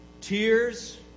Tears